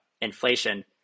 inflation